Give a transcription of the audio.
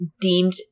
deemed